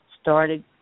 started